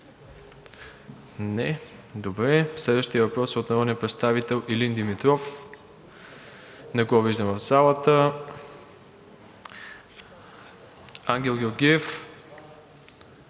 Не. Следващият въпрос е от народния представител Илин Димитров – не го виждам в залата. Ангел Георгиев?